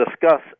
discuss